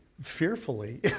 fearfully